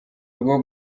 rwo